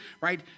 right